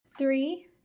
three